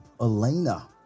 Elena